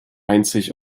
einzig